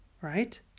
right